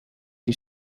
die